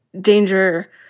danger